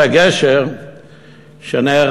את הגשר שנהרס,